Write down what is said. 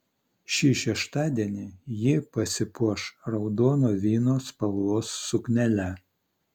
šį šeštadienį ji pasipuoš raudono vyno spalvos suknele